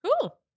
Cool